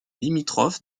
limitrophe